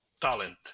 talent